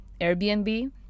Airbnb